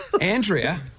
Andrea